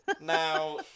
Now